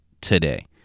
today